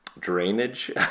drainage